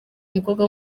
umukobwa